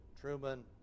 Truman